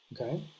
okay